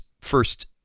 first